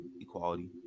Equality